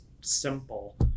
simple